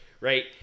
Right